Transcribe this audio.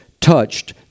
touched